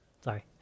Sorry